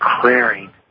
clearing